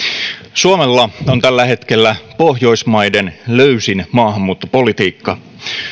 suomella on tällä hetkellä pohjoismaiden löysin maahanmuuttopolitiikka